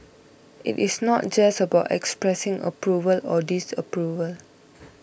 it is not just about expressing approval or disapproval